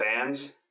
fans